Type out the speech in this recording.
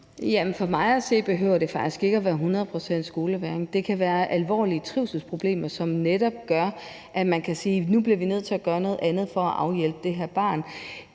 for mig at se behøver det faktisk ikke at være hundrede procent skolevægring. Det kan være alvorlige trivselsproblemer, som netop gør, at man kan sige, at man nu bliver nødt til at gøre noget andet for at hjælpe det her barn.